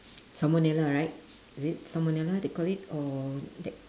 salmonella right is it salmonella they call it or that